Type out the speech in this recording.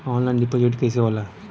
Online deposit कैसे होला?